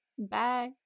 Bye